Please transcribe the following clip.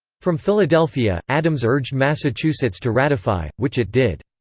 from philadelphia, adams urged massachusetts to ratify, which it did.